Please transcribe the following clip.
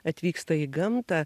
atvyksta į gamtą